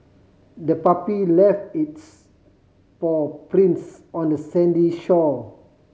the puppy left its paw prints on the sandy shore